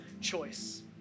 choice